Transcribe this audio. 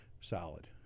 solid